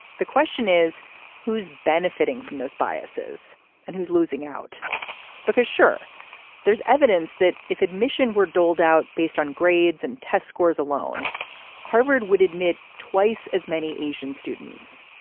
the question is who's benefiting from this biases and who's losing out because sure there's evidence that if admission were doled out based on grades and test scores alone harvard would admit twice as many asian students.